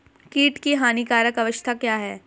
कीट की हानिकारक अवस्था क्या है?